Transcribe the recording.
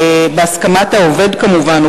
בהסכמת העובד כמובן,